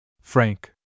Frank